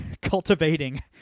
cultivating